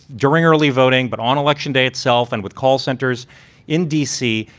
during early voting, but on election day itself and with call centers in d c.